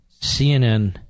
CNN